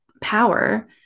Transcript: power